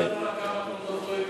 כמה תלונות לא הגיעו.